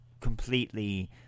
completely